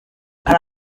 hari